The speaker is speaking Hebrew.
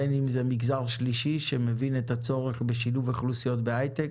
בין אם זה מגזר שלישי שמבין את הצורך בשילוב אוכלוסיות בהייטק,